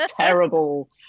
terrible